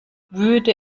würde